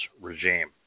regime